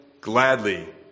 gladly